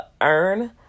earn